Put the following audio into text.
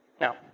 Now